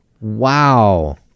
Wow